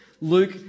Luke